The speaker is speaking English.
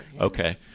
okay